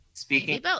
Speaking